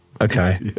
okay